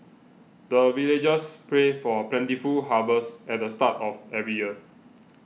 the villagers pray for plentiful harvest at the start of every year